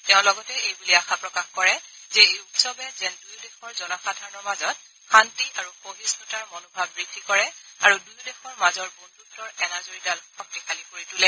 তেওঁ লগতে এই বুলি আশা প্ৰকাশ কৰে যে এই উৎসৱে যেন দুয়ো দেশৰ জনসাধাৰণৰ মাজত শান্তি আৰু সহিষ্ণনতাৰ মনোভাৱ বৃদ্ধি কৰে আৰু দুয়ো দেশৰ মাজৰ বন্ধুত্বৰ এনাজৰীডাল শক্তিশালী কৰি তোলে